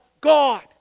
God